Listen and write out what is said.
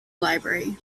library